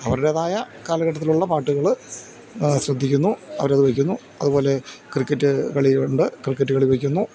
അവരുടേതായ കാലഘട്ടത്തിലുള്ള പാട്ടുകള് ശ്രദ്ധിക്കുന്നു അവരത് വെയ്ക്കുന്നു അതുപോലെ ക്രിക്കറ്റ് കളിയുണ്ട് ക്രിക്കറ്റ് കളി വെയ്ക്കുന്നു